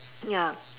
ya